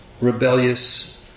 rebellious